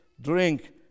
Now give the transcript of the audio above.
drink